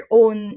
own